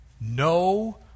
No